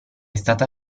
stata